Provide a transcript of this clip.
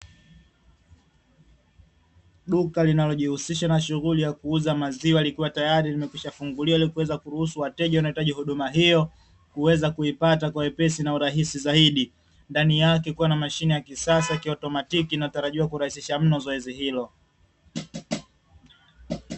Duka linalojihusisha na shughuli ya kuuza maziwa likiwa tayari limekwisha funguliwa, ili kuweza kuruhusu wateja wanaohitaji huduma hiyo, kuweza kuipata kwa wepesi na urahisi zaidi. Ndani yake kukiwa na mashine ya kisasa ya kiautomatiki inayotarajiwa kurahisisha meno zoezi hilo.